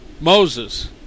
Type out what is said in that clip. Moses